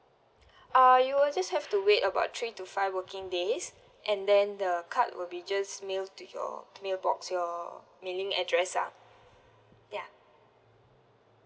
uh you will just have to wait about three to five working days and then the card will be just mailed to your mailbox your mailing address ah ya